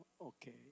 Okay